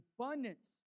abundance